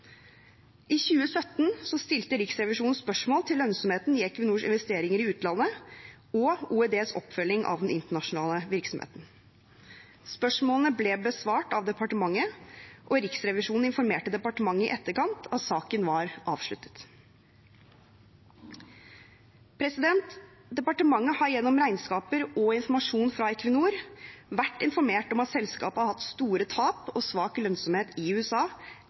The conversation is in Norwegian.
I 2017 stilte Riksrevisjonen spørsmål om lønnsomheten i Equinors investeringer i utlandet og OEDs oppfølging av den internasjonale virksomheten. Spørsmålene ble besvart av departementet, og Riksrevisjonen informerte departementet i etterkant om at saken var avsluttet. Departementet har gjennom regnskaper og informasjon fra Equinor vært informert om at selskapet har hatt store tap og svak lønnsomhet i USA